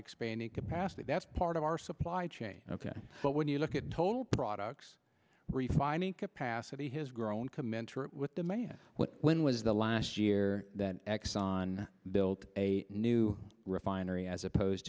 expanding capacity that's part of our supply chain ok but when you look at total products refining capacity has grown commensurate with the man when was the last year that exxon built a new refinery as opposed